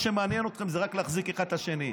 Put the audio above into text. מה שמעניין אתכם זה רק להחזיק אחד את השני.